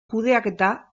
kudeaketa